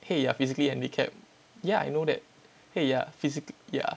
!hey! are physically handicapped yeah I know that !hey! yeah physically yeah